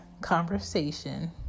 conversation